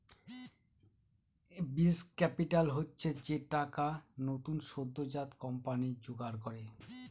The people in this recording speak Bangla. বীজ ক্যাপিটাল হচ্ছে যে টাকা নতুন সদ্যোজাত কোম্পানি জোগাড় করে